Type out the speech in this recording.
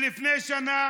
לפני שנה